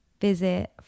visit